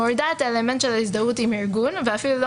מורידה את האלמנט של הזדהות עם ארגון ואפילו לא